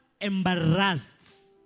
Embarrassed